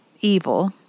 evil